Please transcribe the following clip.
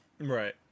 Right